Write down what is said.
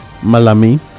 malami